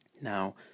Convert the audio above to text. Now